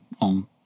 on